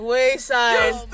Wayside